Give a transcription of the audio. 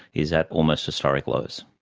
is at almost historic lows.